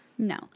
No